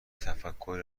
تفکری